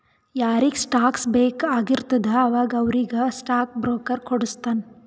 ಯಾರಿಗ್ ಸ್ಟಾಕ್ಸ್ ಬೇಕ್ ಆಗಿರ್ತುದ ಅವಾಗ ಅವ್ರಿಗ್ ಸ್ಟಾಕ್ ಬ್ರೋಕರ್ ಕೊಡುಸ್ತಾನ್